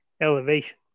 Elevation